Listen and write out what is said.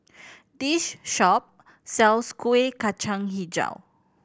this shop sells Kueh Kacang Hijau